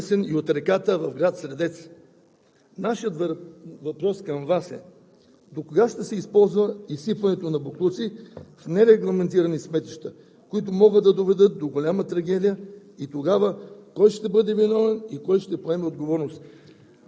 Заради наводненията през последните дни боклук е донесен и от реката в град Средец. Нашият въпрос към Вас е: докога ще се използва изсипването на боклуци в нерегламентирани сметища, които могат да доведат до голяма трагедия,